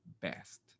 best